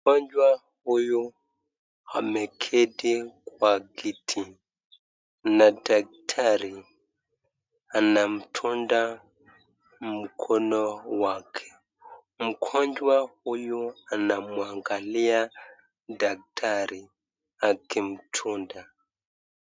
Mgonjwa huyu ameketi kwa kiti na daktari anamdunga mkono wake. Mgonjwa huyu anamwangalia daktari akimdunga.